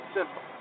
Simple